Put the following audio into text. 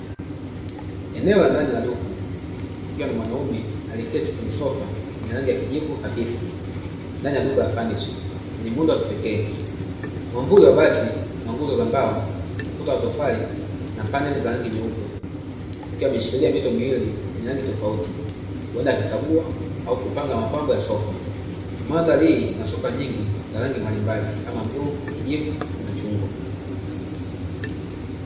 Eneo la ndani la duka kukiwa na mwanaume aliyeketi kwenye sofa lenye rangi ya kijivu hafifu, ndani ya duka la fanicha lenye muundo wa kipekee. Mwamvuli wa bati una nguzo za mbao, ukuta wa tofali na paneli za rangi nyeupe. Akiwa imeshikilia mito miwili yenye rangi tofauti huenda akikagua au kupanga mapambo ya sofa. Mandhari hii ina sofa nyingi za rangi mbalimbali kama bluu, kijivu na machungwa.